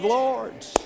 lords